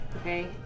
Okay